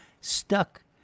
STUCK